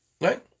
Right